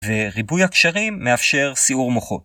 ‫וריבוי הקשרים מאפשר סיור מוחות.